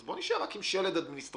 בואו נישאר רק עם שלד אדמיניסטרטיבי.